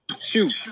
shoot